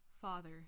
Father